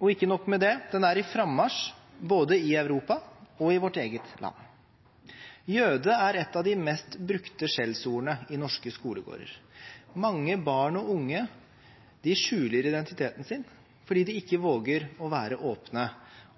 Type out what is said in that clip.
og ikke nok med det, den er på frammarsj i Europa og i vårt eget land. «Jøde» er et av de mest brukte skjellsordene i norske skolegårder. Mange barn og unge skjuler identiteten sin fordi de ikke våger å være åpne